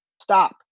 stop